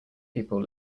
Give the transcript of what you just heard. people